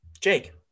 Jake